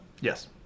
Yes